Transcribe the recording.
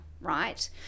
right